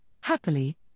happily